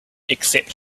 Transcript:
except